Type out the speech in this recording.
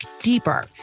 deeper